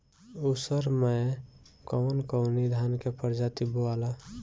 उसर मै कवन कवनि धान के प्रजाति बोआला?